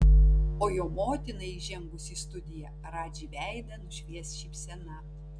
o jo motinai įžengus į studiją radži veidą nušvies šypsena